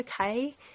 okay